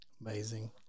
amazing